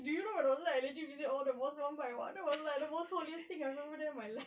eh do you know or not I actually visit the mosques one by one that was like the most holiest thing I've ever done in my life